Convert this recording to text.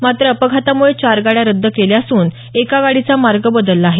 मात्र अपघाताम्ळे चार गाड्या रद्द केल्या असून एका गाडीचा मार्ग बदलला आहे